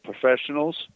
professionals